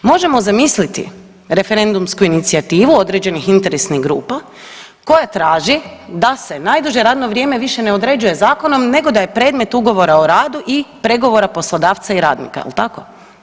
Možemo zamisliti referendumsku inicijativu određenih interesnih grupa koja traži da se najduže radno vrijeme više ne određuje zakonom nego da je predmet ugovora o radu i pregovora poslodavca i radnika, jel tako?